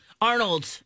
Arnold